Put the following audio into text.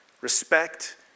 respect